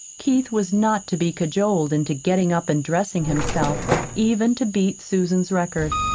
keith was not to be cajoled into getting up and dressing himself even to beat susan's record.